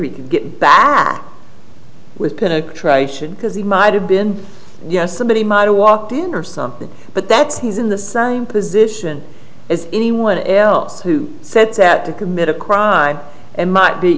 can get back with penetration because he might have been yes somebody might have walked in or something but that's he's in the same position as anyone else who said that to commit a crime and might be